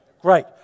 Great